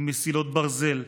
עם מסילות ברזל,